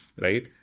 right